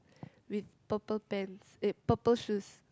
with purple pants eh purple shoes